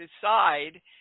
decide